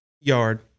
yard